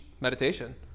meditation